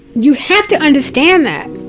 you have to understand that.